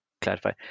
clarify